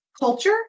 culture